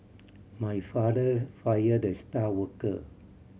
my father fired the star worker